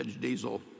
diesel